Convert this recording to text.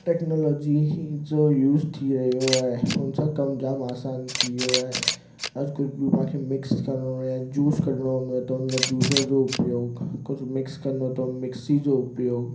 technology ई जो use थी रहियो आहे हुन सां कमु जाम आसान थी वियो आहे अॼु कुझु बि पाण खे मिक्स करिणो आहे जूस कढिणो हूंदो आहे त हुन लाइ जूसर जो उपयोग कुझु मिक्स करिणो त मिक्सी जो उपयोग